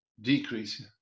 Decrease